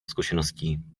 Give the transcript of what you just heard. zkušeností